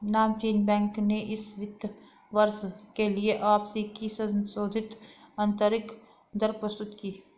नामचीन बैंक ने इस वित्त वर्ष के लिए वापसी की संशोधित आंतरिक दर प्रस्तुत की